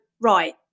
right